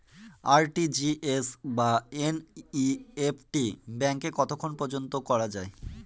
RTGS বা NEFT ব্যাংকে কতক্ষণ পর্যন্ত করা যায়?